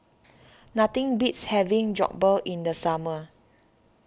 nothing beats having Jokbal in the summer